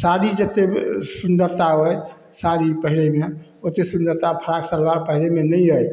साड़ी जतेक सुन्दरता अइ साड़ी पहिरैमे ओतेक सुन्दरता फराक सलवार पहिरैमे नहि अइ